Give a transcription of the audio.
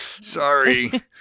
sorry